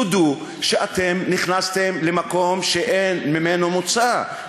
תודו שנכנסתם למקום שאין ממנו מוצא,